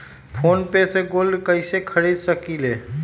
Phone पे से gold कईसे खरीद सकीले?